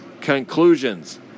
Conclusions